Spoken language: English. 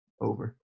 Over